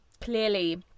clearly